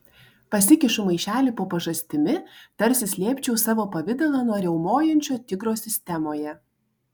pasikišu maišelį po pažastimi tarsi slėpčiau savo pavidalą nuo riaumojančio tigro sistemoje